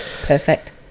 perfect